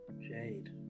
jade